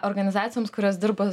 organizacijoms kurios dirba